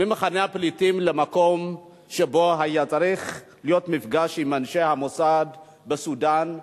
ממחנה הפליטים למקום שבו היה צריך להיות מפגש עם אנשי המוסד בסודן,